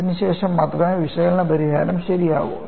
അതിനുശേഷം മാത്രമേ വിശകലന പരിഹാരം ശരിയാകൂ